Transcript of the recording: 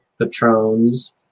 Patrons